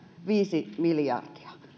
viisi miljardia